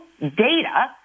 data